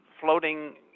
floating